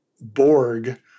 Borg